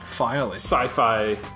sci-fi